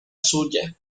suya